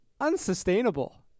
unsustainable